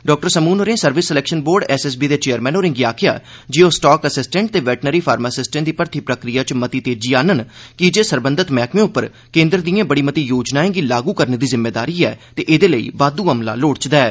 doctor Samoon होरें service selection board SSB दे chairman होरेंगी आखेआ जे ओह् स्टाक असिस्टैंट ते वेटनरी फार्मासिस्टें दी भर्थी प्रक्रिया च मती तेजी आहनन कीजे सरबंधत मैह्कमे पर केन्द्र दिएं बड़ी मती योजनाएं गी लागू करोआने दी जिम्मेदारी ऐ ते एह्दे लेई बाद्दू अमला लोड़चदा ऐ